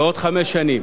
בעוד חמש שנים,